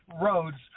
roads